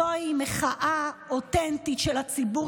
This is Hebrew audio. זוהי מחאה אותנטית של הציבור,